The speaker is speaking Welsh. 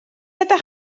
ydych